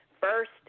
first